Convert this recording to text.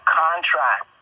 contract